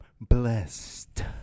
blessed